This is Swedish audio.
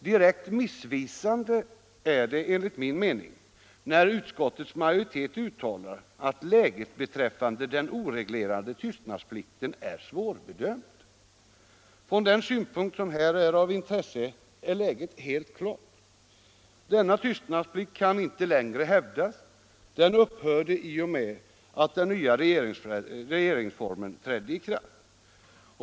Direkt missvisande är det enligt min mening när utskottets majoritet uttalar att läget beträffande den oreglerade tystnadsplikten är svårbedömt. Från den synpunkt som här är av intresse är läget helt klart. Denna tystnadsplikt kan inte längre hävdas. Den upphörde i och med att den nya regeringsformen trädde i kraft.